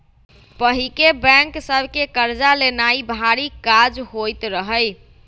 पहिके बैंक सभ से कर्जा लेनाइ भारी काज होइत रहइ